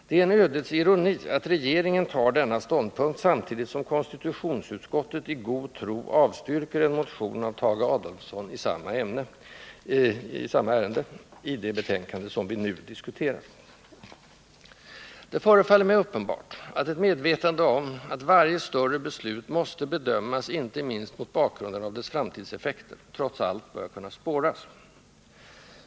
Det är en ödets ironi att regeringen intar denna ståndpunkt samtidigt som konstitutionsutskottet — i god tro — avstyrker en motion av Tage Adolfsson i samma ärende, i det betänkande vi nu diskuterar. Det förefaller mig uppenbart att ett medvetande om att varje större beslut måste bedömas inte minst mot bakgrunden av dess framtidseffekter, trots allt, börjar kunna spåras.